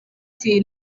ati